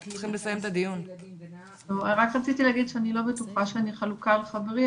רק רציתי להגיד שאני לא בטוחה שאני חלוקה עם חברי,